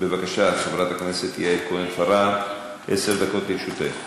בבקשה, חברת הכנסת יעל כהן-פארן, עשר דקות לרשותך.